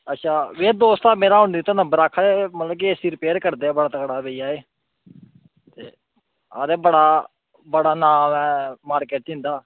अच्छा भेइया दोस्त हा मेरा उन दित्ता नम्बर आखा दे मतलब कि ए सी रिपेयर करदे बड़ा तगड़ा भेइया आखदे बड़ा बड़ा नाम ऐ मारकेट च इंदा